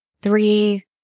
three